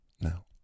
Now